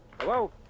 Hello